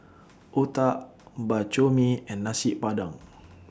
Otah Bak Chor Mee and Nasi Padang